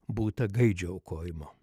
būta gaidžio aukojimo